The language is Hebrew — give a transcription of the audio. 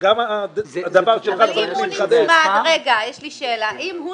אם הוא נצמד להנחיה של צה"ל, זה מה שהוא